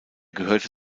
gehörte